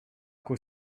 qu’au